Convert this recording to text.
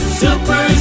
super